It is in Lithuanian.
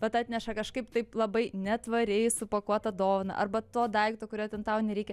bet atneša kažkaip taip labai netvariai supakuotą dovaną arba to daikto kurio ten tau nereikia